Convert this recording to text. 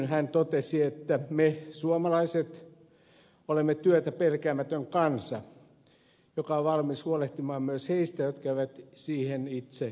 hän totesi että me suomalaiset olemme työtä pelkäämätön kansa joka on valmis huolehtimaan myös niistä jotka eivät siihen itse kykene